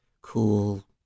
cool